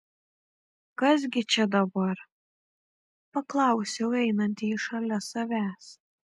kas gi čia dabar paklausiau einantį šalia savęs